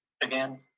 again